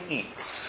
eats